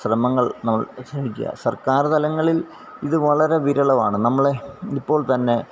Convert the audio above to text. ശ്രമങ്ങള് നമ്മള് ശ്രമിക്കുക സര്ക്കാര് തലങ്ങളില് ഇത് വളരെ വിരളമാണ് നമ്മളെ ഇപ്പോള് തന്നെ